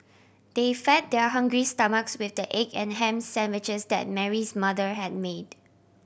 they fed their hungry stomachs with the egg and ham sandwiches that Mary's mother had made